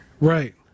Right